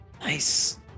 nice